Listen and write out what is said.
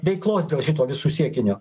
veiklos dėl šito visų siekinio